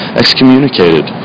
excommunicated